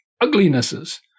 uglinesses